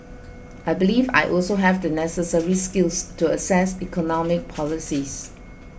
I believe I also have the necessary skills to assess economic policies